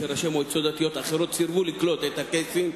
כשראשי מועצות דתיות אחרות סירבו לקלוט את הקייסים,